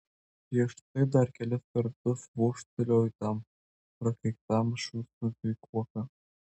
prieš tai dar kelis kartus vožtelėjau tam prakeiktam šunsnukiui kuoka